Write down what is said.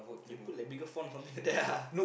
they put like bigger font something like that lah